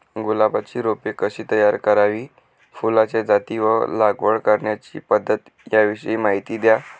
गुलाबाची रोपे कशी तयार करावी? फुलाच्या जाती व लागवड करण्याची पद्धत याविषयी माहिती द्या